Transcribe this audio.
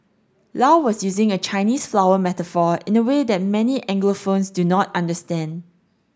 Low was using a Chinese flower metaphor in a way that many of Anglophones do not understand